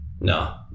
No